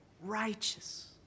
Righteous